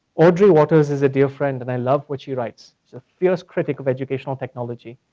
audrey watters is a dear friend and i love what she writes. she's a fierce critic of educational technology.